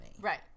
Right